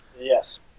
Yes